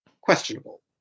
questionable